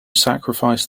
sacrifice